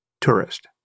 tourist